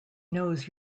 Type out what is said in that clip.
knows